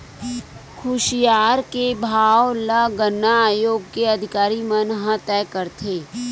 खुसियार के भाव ल गन्ना आयोग के अधिकारी मन ह तय करथे